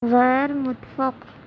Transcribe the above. غیر متفق